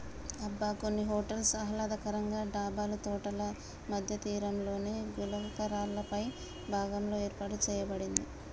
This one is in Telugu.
అబ్బ కొన్ని హోటల్స్ ఆహ్లాదకరంగా డాబాలు తోటల మధ్య తీరంలోని గులకరాళ్ళపై భాగంలో ఏర్పాటు సేయబడింది